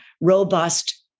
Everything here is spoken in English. robust